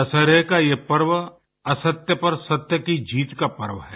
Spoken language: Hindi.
दशहरे का ये पर्व असत्य पर सत्य की जीत का पर्व है